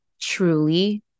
truly